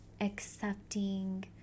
accepting